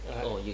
ah